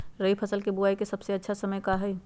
रबी फसल के बुआई के सबसे अच्छा समय का हई?